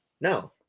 No